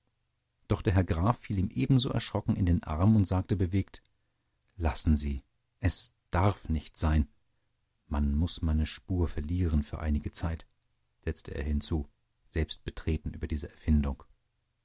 doch der herr graf fiel ihm ebenso erschrocken in den arm und sagte bewegt lassen sie es darf nicht sein man muß meine spur verlieren für einige zeit setzte er hinzu selbst betreten über diese erfindung